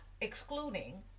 excluding